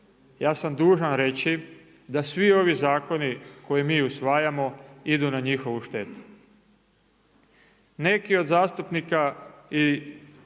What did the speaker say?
ja sam dužan reći da svi ovi zakoni koje mi usvajamo idu na njihovu štetu. Neki od zastupnika i ljudi